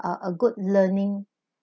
a a good learning